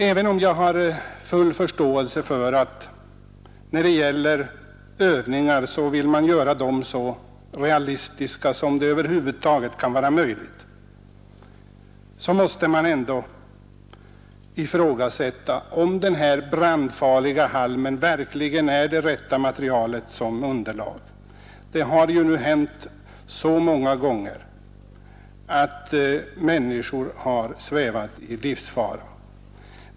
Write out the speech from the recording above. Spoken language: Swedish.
Även om jag har full förståelse för att man vill göra övningarna så realistiska som över huvud taget kan vara möjligt, måste jag ifrågasätta om den brandfarliga halmen verkligen är det rätta materialet som underlag. Det har hänt så många gånger att människor råkat i livsfara till följd av brinnande halm.